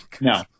No